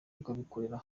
rw’abikorera